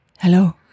Hello